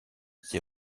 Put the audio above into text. ses